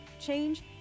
change